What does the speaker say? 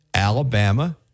Alabama